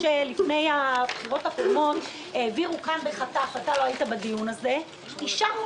משה - לפני הבחירות הקודמות העבירו כאן בחטף לא היית בדיון הזה אישרנו